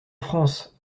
france